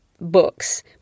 books